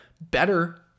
better